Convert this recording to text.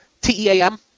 T-E-A-M